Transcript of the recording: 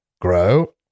Grow